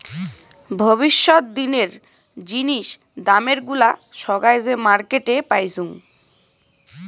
ভবিষ্যত দিনের জিনিস দামের গুলা সোগায় যে মার্কেটে পাইচুঙ